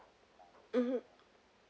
mmhmm